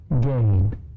gain